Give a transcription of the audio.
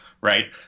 right